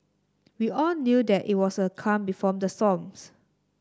we all knew that it was a calm before the storms